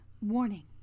Warning